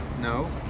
No